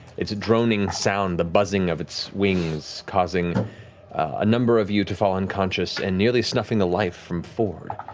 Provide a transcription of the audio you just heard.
its a droning sound, the buzzing of its wings, causing a number of you to fall unconscious and nearly snuffing the life from fjord,